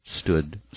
stood